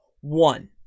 one